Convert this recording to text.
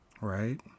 right